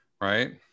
Right